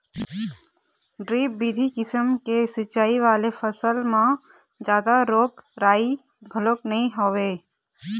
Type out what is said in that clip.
drip बिधि किसम के सिंचई वाले फसल म जादा रोग राई घलोक नइ होवय